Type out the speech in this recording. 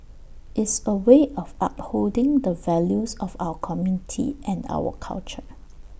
is A way of upholding the values of our community and our culture